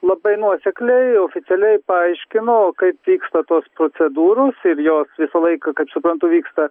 labai nuosekliai oficialiai paaiškino kaip vyksta tos procedūros ir jos visą laiką kad suprantu vyksta